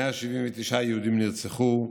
179 יהודים נרצחו,